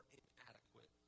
inadequate